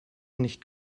nicht